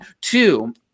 Two